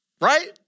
right